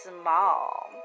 small